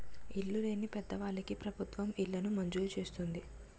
ఇల్లు లేని పేదవాళ్ళకి ప్రభుత్వం ఇళ్లను మంజూరు చేస్తుంది